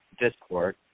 discord